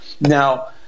Now